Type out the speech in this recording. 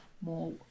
more